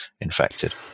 infected